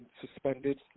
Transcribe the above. suspended